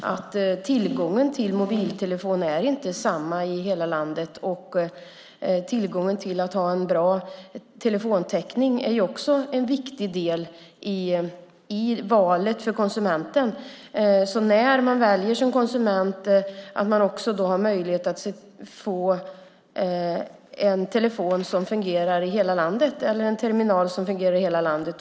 Tillgången till mobiltelefoni är inte samma i hela landet. Tillgången till en bra telefontäckning är också en viktig del i valet för konsumenten. När man väljer som konsument handlar det också om att man har möjlighet att få en telefon som fungerar i hela landet eller en terminal som fungerar i hela landet.